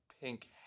pink